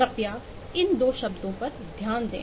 कृपया इन दो शब्दों के विकास और निर्माण पर ध्यान दें